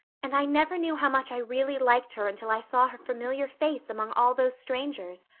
and i never knew how much i really liked her until i saw her familiar face among all those strangers.